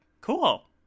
cool